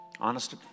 honest